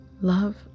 love